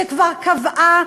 שכבר קבעה,